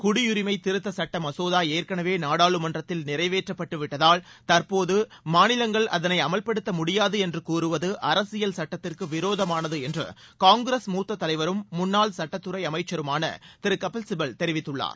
குடியுரிமை திருத்தச் சட்ட மசோதா ஏற்கெனவே நாடாளுமன்றத்தில் நிறைவேற்றப்பட்டு விட்டதால் தற்போது மாநிலங்கள் அதனை அமல்படுத்த முடியாது என்று கூறுவது அரசியல் சட்டத்திற்கு விரோதமானது என்று காங்கிரஸ் மூத்த தலைவரும் முன்னாள் சட்டத்துறை அமைச்சருமான திரு கபில் சிபல் தெரிவித்துள்ளார்